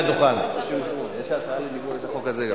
ומהות הצו שיהיה אפשר להוציא לכל גורם.